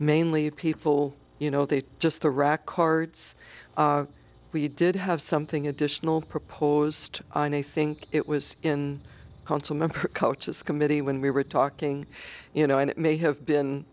mainly people you know they just the rock cards we did have something additional proposed and i think it was in consummate coaches committee when we were talking you know and it may have been